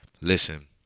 listen